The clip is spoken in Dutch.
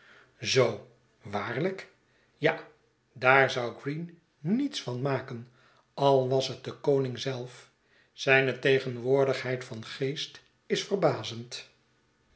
zoo waarlijk ja daar zou green niets van maken al was het de koning zelf zijne tegenwoordigheid van geest is verbazend